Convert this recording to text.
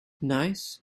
nice